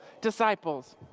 disciples